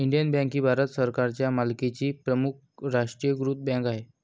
Indian bank ही भारत सरकारच्या मालकीची प्रमुख राष्ट्रीयीकृत बँक आहे